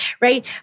right